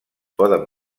poden